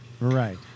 Right